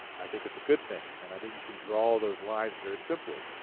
i think it's a good thing and i think you can draw those lines very simply.